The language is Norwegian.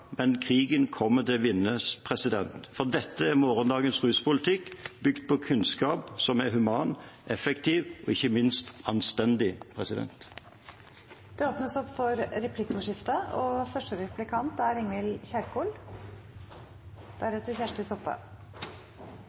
men krigen kommer til å vinnes, for dette er morgendagens ruspolitikk – som er bygget på kunnskap, og som er human, effektiv og ikke minst anstendig.